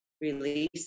release